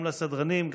גם לסדרנים,